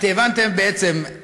אתם הבנתם בעצם,